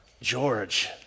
George